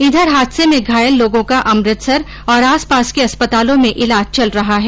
इधर हादसे में घायल लोगों का अमृतसर और आसपास के अस्पतालों में इलाज चल रहा है